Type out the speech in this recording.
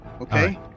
Okay